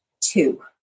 two